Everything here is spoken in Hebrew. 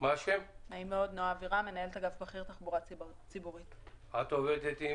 עם מי את עובדת?